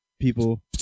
people